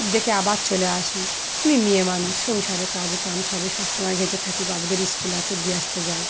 দেখে আবার চলে আসি আমি মেয়ে মানুষ সংসারে কাজে কাম সবে সব সময় ভেজে থাকি বাবুদের স্কুল আছে দিয়ে আসতে যায়